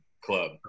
club